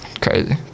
crazy